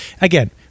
again